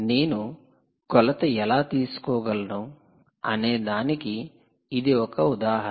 నేను కొలత ఎలా తీసుకోగలను అనేదానికి ఇది ఒక ఉదాహరణ